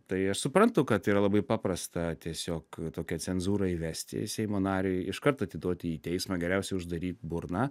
tai aš suprantu kad yra labai paprasta tiesiog tokią cenzūrą įvesti seimo nariui iškart atiduoti į teismą geriausiai uždaryt burną